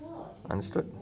understood